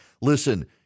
Listen